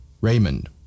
Raymond